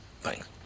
Thanks